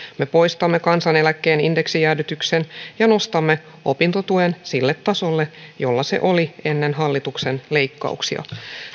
me poistamme kansaneläkkeen indeksijäädytyksen ja nostamme opintotuen sille tasolle jolla se oli ennen hallituksen leikkauksia